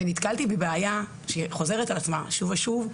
ונתקלתי בבעיה שחוזרת על עצמה שוב ושוב.